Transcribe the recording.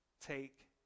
take